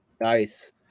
Nice